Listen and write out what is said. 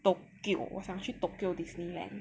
Tokyo 我想去 Tokyo Disneyland